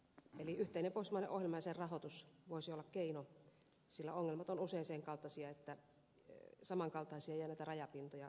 eli yhteinen pohjoismainen ohjelma ja sen rahoitus voisi olla keino sillä ongelmat ovat usein sen kaltaisia että samankaltaisuuksia ja näitä rajapintoja on hyvinkin laajalti